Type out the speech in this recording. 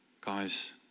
guys